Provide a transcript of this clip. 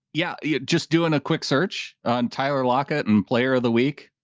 yeah yeah, just doing a quick search on tyler lockett and player of the week.